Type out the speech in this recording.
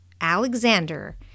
Alexander